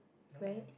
right